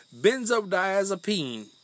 benzodiazepine